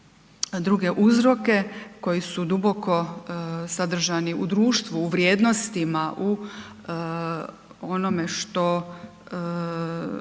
druge uzroke koji su duboko sadržani u društvu, u vrijednostima, u onome što